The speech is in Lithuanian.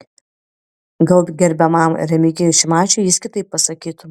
gal gerbiamam remigijui šimašiui jis kitaip pasakytų